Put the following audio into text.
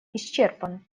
исчерпан